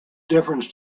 difference